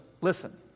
listen